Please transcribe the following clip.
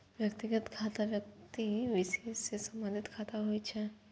व्यक्तिगत खाता व्यक्ति विशेष सं संबंधित खाता होइ छै